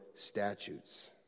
statutes